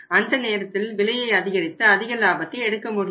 அந்த நேரத்தில் விலையை அதிகரித்து அதிக லாபத்தை எடுக்க முடியும்